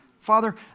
Father